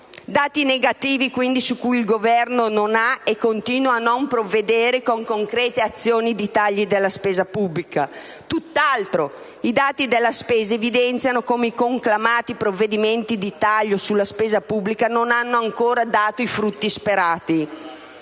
Dati negativi, quindi, su cui il Governo non ha provveduto e continua a non provvedere con concrete azioni di tagli della spesa pubblica. Tutt'altro. I dati evidenziano come i conclamati provvedimenti di taglio della spesa pubblica non hanno ancora dato i frutti sperati: